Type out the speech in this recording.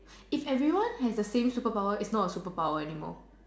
if everyone has the same super power it's not a super power anymore